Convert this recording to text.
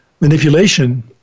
manipulation